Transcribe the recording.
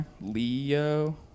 Leo